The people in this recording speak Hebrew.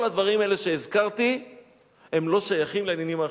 כל הדברים האלה שהזכרתי הם לא שייכים לעניינים אחרים.